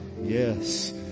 yes